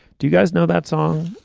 do you guys know that song?